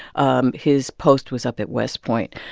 um his post was up at west point.